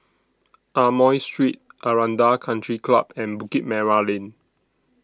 Amoy Street Aranda Country Club and Bukit Merah Lane